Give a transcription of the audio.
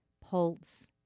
Pulse